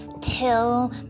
till